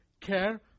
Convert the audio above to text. care